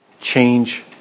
Change